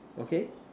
okay